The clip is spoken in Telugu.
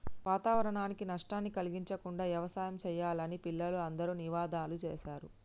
వాతావరణానికి నష్టాన్ని కలిగించకుండా యవసాయం సెయ్యాలని పిల్లలు అందరూ నినాదాలు సేశారు